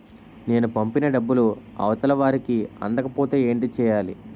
నేను పంపిన డబ్బులు అవతల వారికి అందకపోతే ఏంటి చెయ్యాలి?